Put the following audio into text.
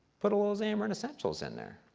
put a little xamarin essentials in there.